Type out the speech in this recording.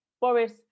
Boris